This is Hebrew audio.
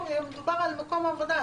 מדובר על מקום העבודה ספציפי.